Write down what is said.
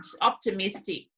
optimistic